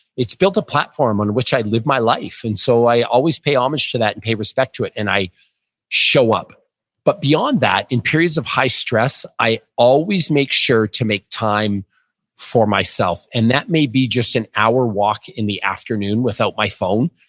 it's built a platform on which i live my life. and so i always pay homage to that and pay respect to it and i show up but beyond that, in periods of high-stress, i always make sure to make time for myself. and that may be just an hour walk in the afternoon without my phone,